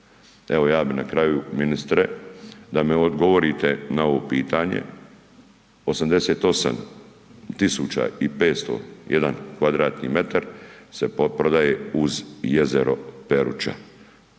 Evo ja bi na kraju ministre da mi odgovorite na ovo pitanje, 88 501 m2 se prodaje uz jezero Peruča,